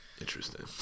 Interesting